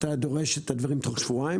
שאתה דורש לקבל את הדברים בתוך שבועיים